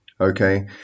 okay